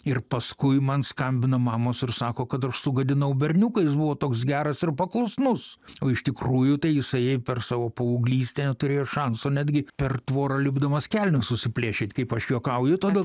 ir paskui man skambina mamos ir sako kad aš sugadinau berniuką jis buvo toks geras ir paklusnus o iš tikrųjų tai jisai per savo paauglystę neturėjo šanso netgi per tvorą lipdamas kelnių susiplėšyt kaip aš juokauju todėl